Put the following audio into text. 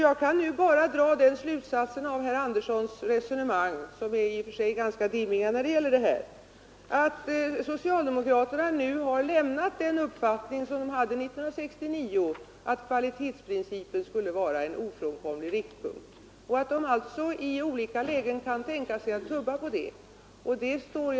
Jag kan bara dra den slutsatsen av herr Anderssons i Lycksele resonemang, att socialdemokraterna nu har lämnat den uppfattning man hade år 1969, att kvalitetsprincipen skulle vara en ofrånkomlig riktpunkt, och att alltså socialdemokraterna nu i olika lägen kan tänka sig att tubba på den riktpunkten.